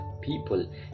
people